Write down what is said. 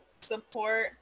support